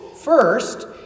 first